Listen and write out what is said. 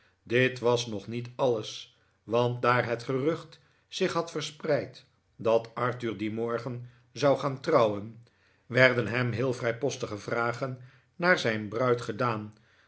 dit was nog niet alles want daar het gerucht zich had verspreid dat arthur dien morgen zou gaan trouwen werden hem heel vrijpostige vragen naar zijn bruid gedaan